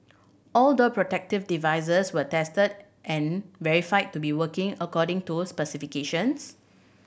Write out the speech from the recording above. all door protective devices were tested and verified to be working according to specifications